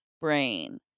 brain